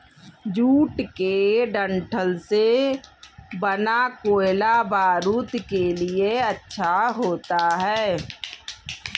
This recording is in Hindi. जूट के डंठल से बना कोयला बारूद के लिए अच्छा होता है